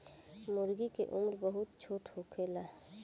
मूर्गी के उम्र बहुत छोट होखेला